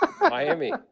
Miami